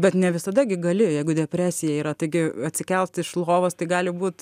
bet ne visada gi gali jeigu depresija yra taigi atsikelt iš lovos tai gali būt